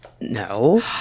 No